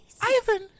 Ivan